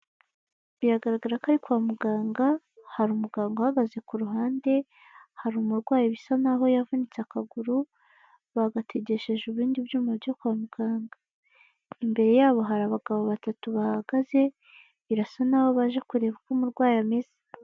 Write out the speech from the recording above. Biragaragara ko ari kwa muganga, hari umuganga uhagaze ku ruhande, hari umurwayi bisa naho yavunitse akaguru, bagategesheje ibindi byuma byo kwa muganga, imbere yabo hari abagabo batatu bahagaze, birasa naho baje kureba uko umurwayi ameze.